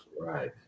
Right